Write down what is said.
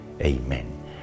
Amen